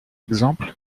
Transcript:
exemples